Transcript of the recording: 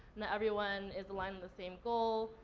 not everyone is aligned in the same goal?